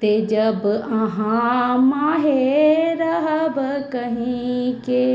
तऽ जब अहाँ माँहे रहब कहींके